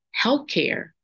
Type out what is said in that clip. healthcare